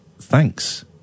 Thanks